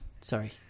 sorry